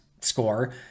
score